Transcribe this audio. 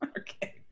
Okay